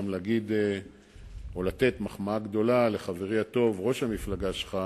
גם לתת מחמאה גדולה לחברי הטוב ראש המפלגה שלך